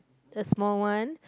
the small one